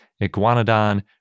Iguanodon